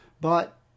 but